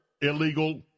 illegal